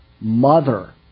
mother